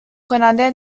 کننده